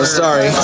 sorry